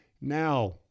Now